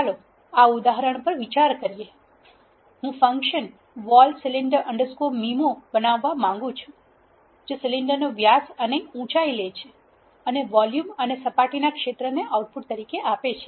ચાલો આ ઉદાહરણ પર વિચાર કરીએ હું function vol cylinder underscore MIMO બનાવવા માંગું છું જે સિલિન્ડરનો વ્યાસ અને ઉંચાઇ લે છે અને વોલ્યુમ અને સપાટીના ક્ષેત્રને આઉટપુટ તરીકે આપે છે